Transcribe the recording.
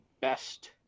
best